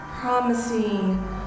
promising